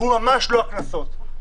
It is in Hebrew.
הוא ממש לא הקנסות.